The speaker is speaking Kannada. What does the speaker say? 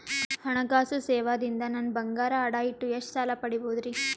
ಹಣಕಾಸು ಸೇವಾ ದಿಂದ ನನ್ ಬಂಗಾರ ಅಡಾ ಇಟ್ಟು ಎಷ್ಟ ಸಾಲ ಪಡಿಬೋದರಿ?